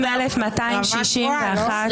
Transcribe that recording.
אלה הצבעות לא תקינות.